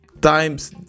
times